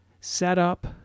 setup